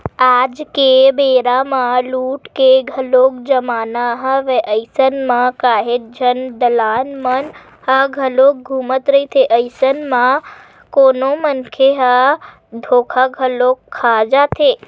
आज के बेरा म लूट के घलोक जमाना हवय अइसन म काहेच झन दलाल मन ह घलोक घूमत रहिथे, अइसन म कोनो मनखे मन ह धोखा घलो खा जाथे